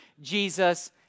Jesus